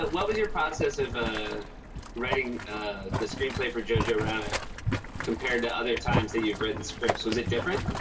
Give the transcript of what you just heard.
but what was your process of writing the screenplay for jojo rabbit compared to other times that you've written scripts? was it different?